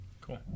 cool